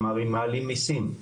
כלומר אם מעלים מיסים,